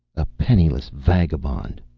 a penniless vagabond,